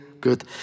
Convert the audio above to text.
Good